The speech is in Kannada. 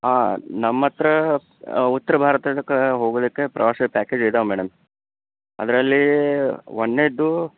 ಹಾಂ ನಮ್ಮ ಹತ್ರ ಉತ್ತರ ಭಾರತದ ಕಡೆ ಹೋಗಲಿಕ್ಕೆ ಪ್ರವಾಸದ ಪ್ಯಾಕೇಜ್ ಇದ್ದಾವೆ ಮೇಡಮ್ ಅದರಲ್ಲಿ ಒಂದನೆಯದು